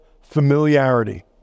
familiarity